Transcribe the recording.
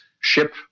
ship